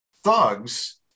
thugs